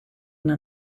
una